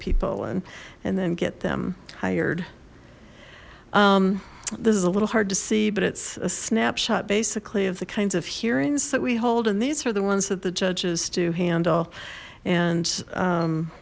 people and and then get them hired this is a little hard to see but it's a snapshot basically of the kinds of hearings that we hold and these are the ones that the judges do handle and